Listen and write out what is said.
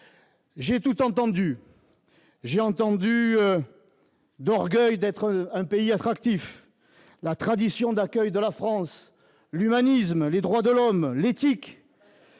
J'ai tout entendu : l'orgueil d'être un pays attractif, la tradition d'accueil de la France, l'humanisme, les droits de l'homme, l'éthique,